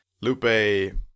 Lupe